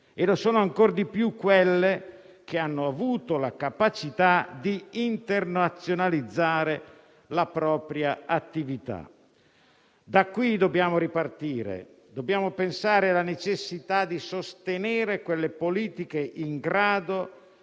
e lo sono ancor meno quelle che hanno avuto la capacità di internazionalizzare la propria attività. Da qui dobbiamo ripartire: dobbiamo pensare alla necessità di sostenere le politiche in grado